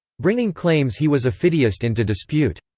bringing claims he was a fideist into dispute.